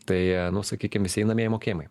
tai nu sakykime visi einamieji mokėjimai